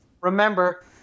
remember